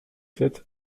sept